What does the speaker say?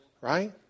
Right